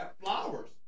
flowers